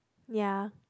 ya